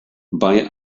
bei